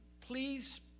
Please